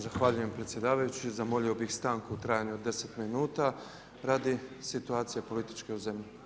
Zahvaljujem predsjedavajući, zamolio bih stanku u trajanju od 10 minuta radi situacije političke u zemlji.